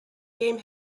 game